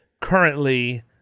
currently